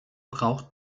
braucht